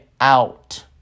out